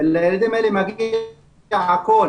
לילדים האלה מגיע את הכול